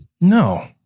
No